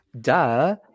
duh